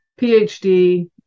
PhD